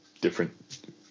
different